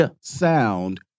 sound